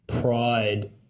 pride